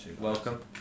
Welcome